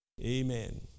Amen